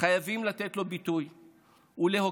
חייבים לתת לו ביטוי ולהוקיר